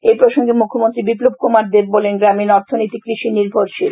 এই প্রসঙ্গে মুখ্যমন্ত্রী বিপ্লব কুমার দেব বলেন গ্রামীন অর্থনীতি কৃষি নির্ভরশীল